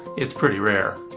it's pretty rare.